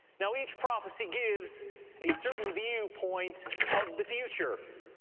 now each prophecy gives a certain viewpoint of the future,